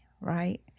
right